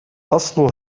أصل